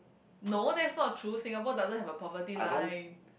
no that's not true Singapore doesn't have a poverty life